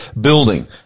building